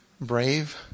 brave